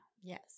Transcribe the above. Yes